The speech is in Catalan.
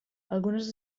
algunes